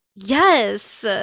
Yes